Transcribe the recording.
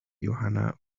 johanna